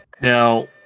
Now